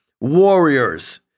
warriors